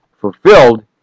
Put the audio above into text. fulfilled